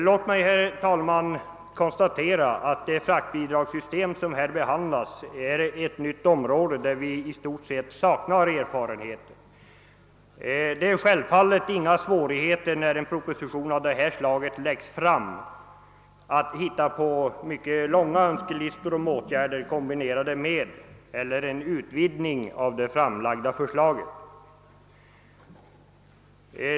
Låt mig herr talman, konstatera att det fraktbidragssystem som nu föreslås är nytt; vi saknar i stort sett erfarenhet på detta område. När en proposition av detta slag läggs fram är det självfallet inte svårt att skriva långa önskelistor med åtgärder som man vill kombinera med det framlagda förslaget eller utvidga förslaget med.